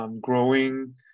growing